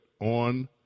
on